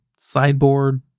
sideboard